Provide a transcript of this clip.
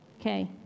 okay